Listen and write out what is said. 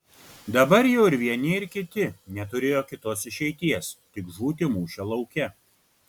dabar jau ir vieni ir kiti neturėjo kitos išeities tik žūti mūšio lauke